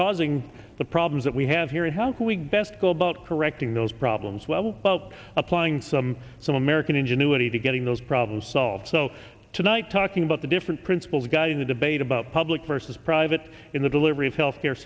causing the problems that we have here and how can we asked go about correcting those problems well up applying some some american ingenuity to getting those problems solved so tonight talking about the different principals guy in the debate about public versus private in the delivery of health care